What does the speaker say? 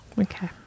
okay